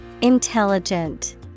Intelligent